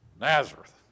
Nazareth